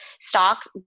stocks